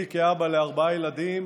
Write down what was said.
לי, כאבא לארבעה ילדים,